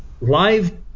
live